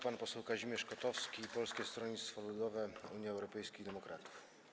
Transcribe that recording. Pan poseł Kazimierz Kotowski, Polskie Stronnictwo Ludowe - Unia Europejskich Demokratów.